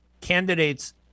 candidates